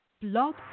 Blog